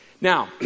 Now